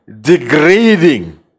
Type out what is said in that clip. degrading